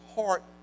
heart